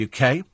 uk